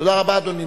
תודה רבה, אדוני.